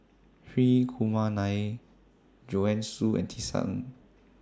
Hri Kumar Nair Joanne Soo and Tisa Ng